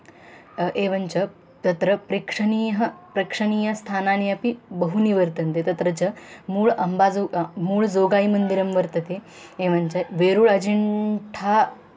एवञ्च तत्र प्रेक्षणीयः प्रेक्षणीयस्थानानि अपि बहूनि वर्तन्ते तत्र च मूळ् अम्बाज़ु मूळ्जोगायिमन्दिरं वर्तते एवञ्च वेरू अजिण्ठा